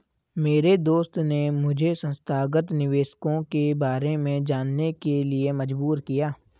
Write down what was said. मेरे दोस्त ने मुझे संस्थागत निवेशकों के बारे में जानने के लिए मजबूर किया